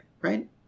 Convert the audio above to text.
right